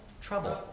trouble